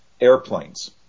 airplanes